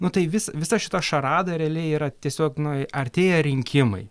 nu tai vis visa šita šarada realiai yra tiesiog nu artėja rinkimai